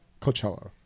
Coachella